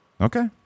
okay